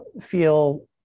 feel